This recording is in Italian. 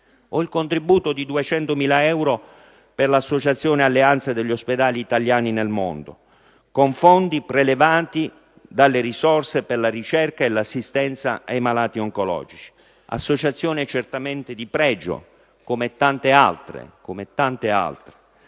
o il contributo di 200.000 euro per l'Associazione alleanze degli ospedali italiani nel mondo con fondi prelevati dalle risorse per la ricerca e l'assistenza ai malati oncologici (associazione certamente di pregio, come tante altre, anche se